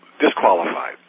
Disqualified